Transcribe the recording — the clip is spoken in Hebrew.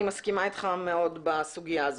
אני מסכימה איתך מאוד בסוגיה הזאת.